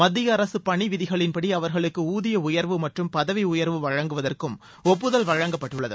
மத்திய அரசு பணி விதிகளின்படி அவர்களுக்கு உளதிய உயர்வு மற்றும் பதவி உயர்வு வழங்குவதற்கும் ஒப்புதல் வழங்கப்பட்டுள்ளது